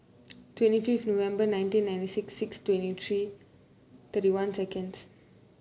twenty fifth November nineteen ninety six six twenty three thirty one seconds